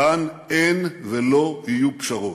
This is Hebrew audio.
כאן אין ולא יהיו פשרות.